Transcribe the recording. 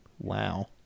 Wow